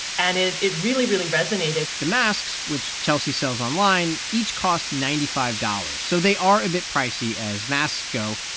and it it really, really resonated the masks, which chelsea sells online, each cost ninety five dollars, so they are a bit pricey as masks go.